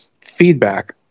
feedback